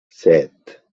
set